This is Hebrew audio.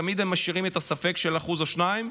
תמיד הם משאירים את הספק של 1% 2%,